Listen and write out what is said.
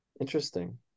Interesting